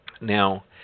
Now